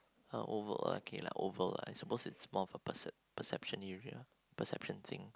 uh oval lah okay lah oval lah is suppose to be more of a perc~ perception area perception thing